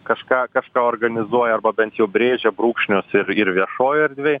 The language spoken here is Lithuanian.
kažką kažką organizuoja arba bent jau brėžia brūkšnius ir ir viešojoj erdvėj